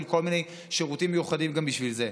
כל מיני שירותים מיוחדים גם בשביל זה.